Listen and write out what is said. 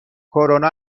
کرونا